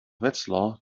wetzlar